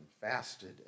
fasted